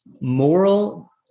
moral